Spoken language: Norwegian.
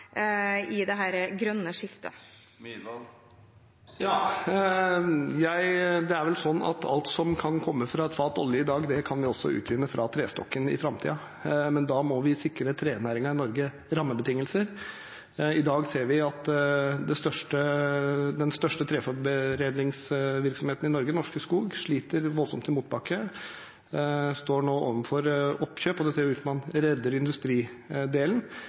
i dette grønne skiftet? Det er vel sånn at alt som kan komme fra et fat olje i dag, kan vi også utvinne fra trestokken i framtiden, men da må vi sikre trenæringen i Norge rammebetingelser. I dag ser vi at den største treforedlingsvirksomheten i Norge, Norske Skog, sliter voldsomt i motbakke og nå står overfor oppkjøp. Det ser ut som om man redder industridelen,